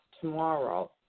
tomorrow